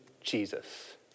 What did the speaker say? Jesus